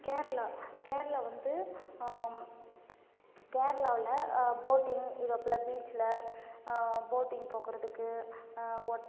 கேரளா கேரளா வந்து கேரளாவில் போட்டிங் இதை போல் பீச்ல போட்டிங் போகுறதுக்கு ஒட்